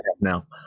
now